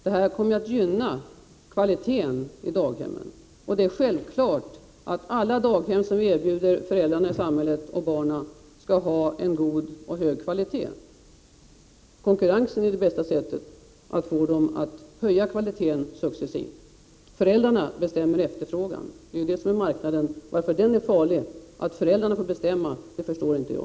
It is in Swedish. Detta kommer att gynna kvaliteten i daghemmen. Det är självklart att all barnomsorg som erbjuds skall ha en god kvalitet. Konkurrensen är det bästa sättet att få dem att höja kvaliteten successivt. Föräldrarna bestämmer efterfrågan — det är ju det som menas med marknaden. Varför det är farligt att föräldrarna får bestämma förstår inte jag.